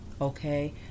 okay